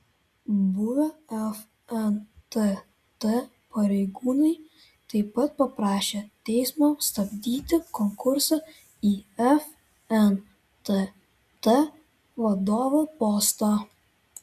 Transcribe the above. buvę fntt pareigūnai taip pat paprašė teismo stabdyti konkursą į fntt vadovo postą